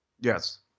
Yes